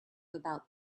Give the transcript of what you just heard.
about